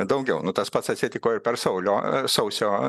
daugiau nu tas pats atsitiko ir per saulio sausio